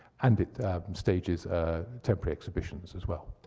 and it stages contemporary exhibitions as well.